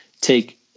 take